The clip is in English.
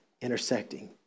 intersecting